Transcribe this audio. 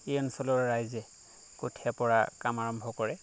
এই অঞ্চলৰ ৰাইজে কঠীয়া পৰাৰ কাম আৰম্ভ কৰে